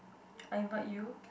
I invite you